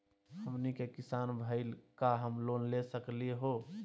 हमनी के किसान भईल, का हम लोन ले सकली हो?